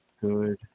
good